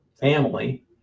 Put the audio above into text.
family